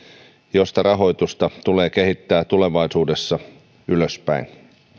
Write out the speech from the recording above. josta rahoitusta tulee kehittää tulevaisuudessa ylöspäin